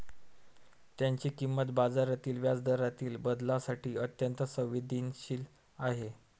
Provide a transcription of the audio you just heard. त्याची किंमत बाजारातील व्याजदरातील बदलांसाठी अत्यंत संवेदनशील आहे